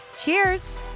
Cheers